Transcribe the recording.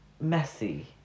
Messy